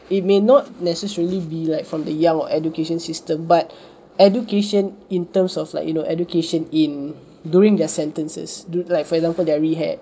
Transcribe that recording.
it may not necessarily be like from the young education system but education in terms of like you know education in during their sentences like for example their rehab